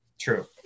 True